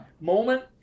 moment